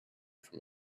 from